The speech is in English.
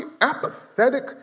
apathetic